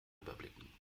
überblicken